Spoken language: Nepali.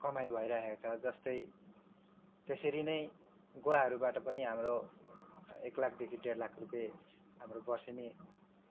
कमाइ भइराखेको छ जस्तै त्यसरी नै गुवाहरूबाट पनि हाम्रो एक लाखदेखि डेढ लाख रुपियाँ हाम्रो बर्सेनी